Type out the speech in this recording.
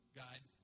guide